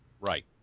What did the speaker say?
Right